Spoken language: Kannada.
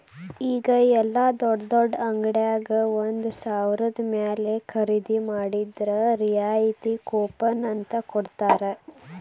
ಈಗ ಯೆಲ್ಲಾ ದೊಡ್ಡ್ ದೊಡ್ಡ ಅಂಗಡ್ಯಾಗ ಒಂದ ಸಾವ್ರದ ಮ್ಯಾಲೆ ಖರೇದಿ ಮಾಡಿದ್ರ ರಿಯಾಯಿತಿ ಕೂಪನ್ ಅಂತ್ ಕೊಡ್ತಾರ